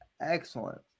excellent